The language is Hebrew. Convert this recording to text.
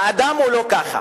האדם הוא לא כך.